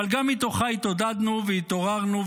אבל גם מתוכה התעודדנו והתעוררנו,